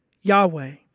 Yahweh